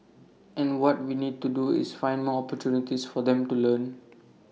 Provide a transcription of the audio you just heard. and what we need to do is find more opportunities for them to learn